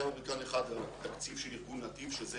היה הוריקן אחד בתקציב של ארגון "נתיב", שזה